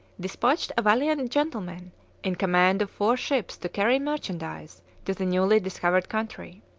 dispatched a valiant gentleman in command of four ships to carry merchandise to the newly discovered country.